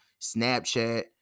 Snapchat